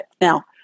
Now